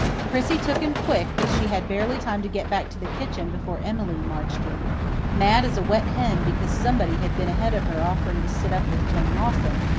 prissy took him quick, but she had barely time to get back to the kitchen before emmeline marched in mad as a wet hen because somebody had been ahead of her offering to sit up with jane lawson,